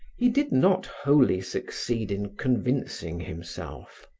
he did not wholly succeed in convincing himself.